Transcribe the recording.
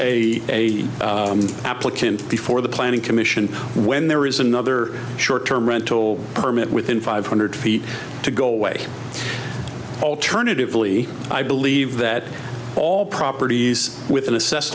a applicant before the planning commission when there is another short term rental permit within five hundred feet to go away alternatively i believe that all properties within assessed